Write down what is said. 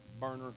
burner